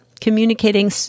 Communicating